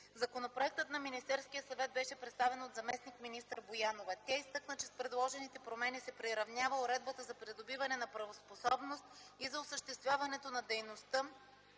Законопроектът на Министерския съвет беше представен от заместник-министър Боянова. Тя изтъкна, че с предложените промени се приравнява уредбата за придобиване на правоспособност и за осъществяването на дейността